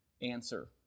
answer